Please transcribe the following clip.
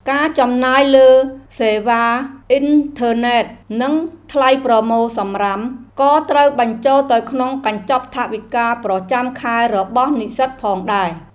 ការចំណាយលើសេវាអ៊ីនធឺណិតនិងថ្លៃប្រមូលសំរាមក៏ត្រូវបញ្ចូលទៅក្នុងកញ្ចប់ថវិកាប្រចាំខែរបស់និស្សិតផងដែរ។